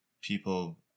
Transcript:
people